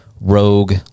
rogue